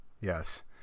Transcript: yes